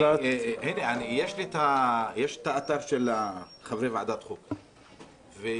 יש את האתר של חברי ועדת החוקה.